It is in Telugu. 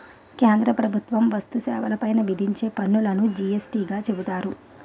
కేంద్ర ప్రభుత్వం వస్తు సేవల పైన విధించే పన్నులును జి యస్ టీ గా చెబుతారు